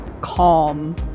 calm